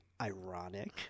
ironic